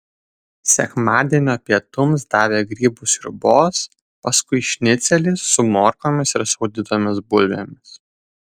sekmadienio pietums davė grybų sriubos paskui šnicelį su morkomis ir sūdytomis bulvėmis